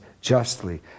justly